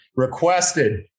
Requested